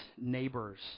neighbors